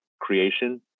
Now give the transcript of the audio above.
creation